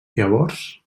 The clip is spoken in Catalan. llavors